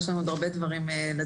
יש לנו עוד הרבה דברים עליהם,